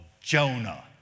Jonah